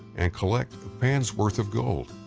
and collect a pan's worth of gold.